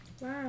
Wow